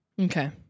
Okay